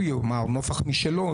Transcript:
הוא יאמר נופך משלו,